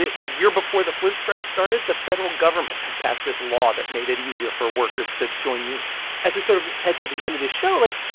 the the year before the flint strike started, the federal government had passed this law that made it easier for workers to join unions as we sort of head to the end of the show, like,